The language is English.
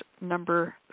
number